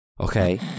okay